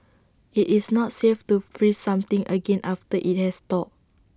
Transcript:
IT is not safe to freeze something again after IT has thawed